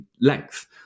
length